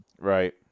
Right